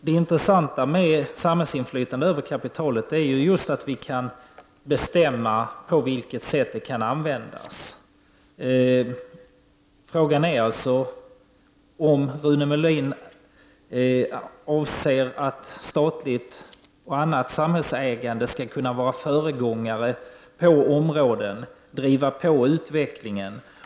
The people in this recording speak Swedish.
Det intressanta med samhällsinflytande över kapitalet är att vi just kan bestämma på vilket sätt det skall användas. Frågan är alltså om Rune Molin avser att statligt och annat samhällsägande skall vara föregångare på områden, driva på utvecklingen.